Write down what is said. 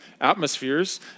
atmospheres